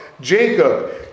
Jacob